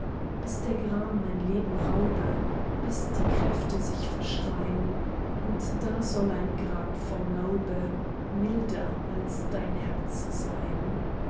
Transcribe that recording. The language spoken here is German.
bis der gram mein leben raube bis die kräfte sich verschrein und da soll ein grab vom laube milder als dein herze sein